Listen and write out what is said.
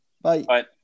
Bye